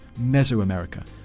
Mesoamerica